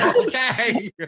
Okay